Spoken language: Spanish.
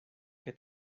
que